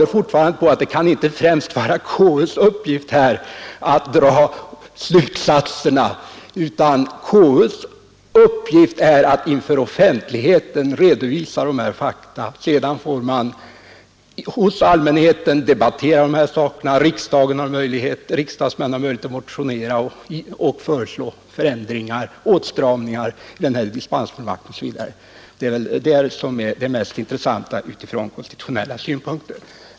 vinstbeskattning Jag vidhåller att det inte kan vara konstitutionsutskottets uppgift att dra slutsatserna, utan konstitutionsutskottets uppgift är att inför offentligheten redovisa dessa fakta. Sedan får allmänheten debattera dem och riksdagsmännen har möjlighet att motionera och föreslå förändringar, åtstramningar osv. Redovisningen är det centrala från konstitutionell synpunkt.